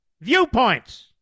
viewpoints